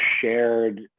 shared